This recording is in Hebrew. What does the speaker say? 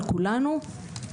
על כולנו,